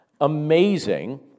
amazing